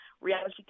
reality